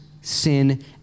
sin